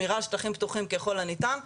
שמירת שטחים פתוחים ככל הניתן.